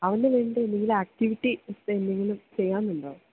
അവൻ്റെ എന്തെങ്കിലും ആക്ടിവിറ്റീസ് എന്തെങ്കിലും ചെയ്യാനുണ്ടോ